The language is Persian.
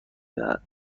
دهد